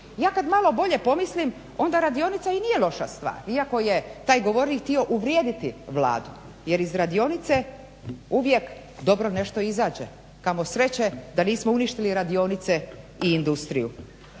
Ja kad malo bolje pomislim onda radionica i nije loša stvar iako je taj govornik htio uvrijediti Vladu jer iz radionice uvijek dobro nešto izađe. Kamo sreće da nismo uništili radionice i industriju.